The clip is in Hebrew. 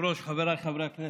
חבריי חברי הכנסת,